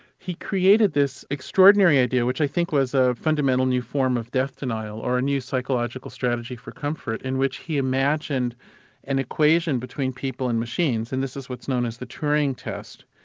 he created this extraordinary idea, which i think was a fundamental new form of death denial or a new psychological strategy for comfort, in which he imagined an equation between people and machines, and this is what's known as the turing test.